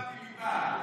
אני לא למדתי ליבה.